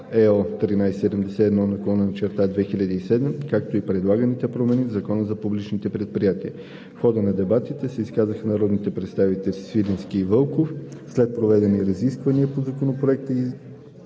(ЕО) 1371/2007, както и предлаганите промени в Закона за публичните предприятия. В хода на дебатите се изказаха народните представители Георги Свиленски и Иван Вълков. След проведените разисквания по Законопроекта и